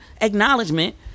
acknowledgement